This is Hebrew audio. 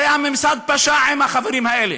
הרי הממסד פשע עם החברים האלה,